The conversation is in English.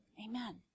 Amen